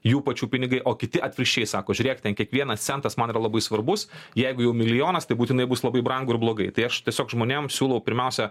jų pačių pinigai o kiti atvirkščiai sako žiūrėkit ten kiekvienas centas man yra labai svarbus jeigu jau milijonas tai būtinai bus labai brangu ir blogai tai aš tiesiog žmonėm siūlau pirmiausia